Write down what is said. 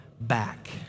back